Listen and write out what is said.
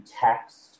text